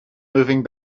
moving